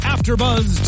Afterbuzz